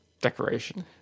decoration